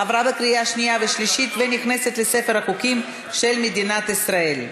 עברה בקריאה שנייה ושלישית ונכנסת לספר החוקים של מדינת ישראל.